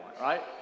right